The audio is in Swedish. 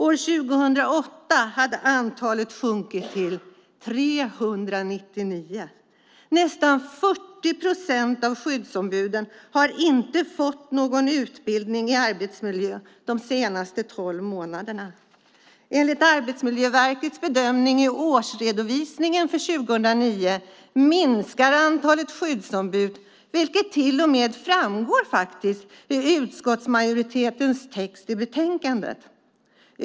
År 2008 hade antalet sjunkit till 399. Nästan 40 procent av skyddsombuden har inte fått någon utbildning i arbetsmiljö de senaste tolv månaderna. Enligt Arbetsmiljöverkets bedömning i årsredovisningen för 2009 minskar antalet skyddsombud, vilket till och med framgår av utskottsmajoritetens text i betänkandet.